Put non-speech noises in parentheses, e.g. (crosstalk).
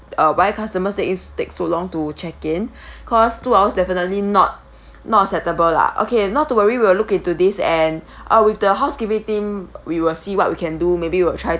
uh why customers take in take so long to check in (breath) cause two hours definitely not (breath) not acceptable lah okay not to worry we'll look into this and (breath) uh with the housekeeping team we will see what we can do maybe we'll try